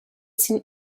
sin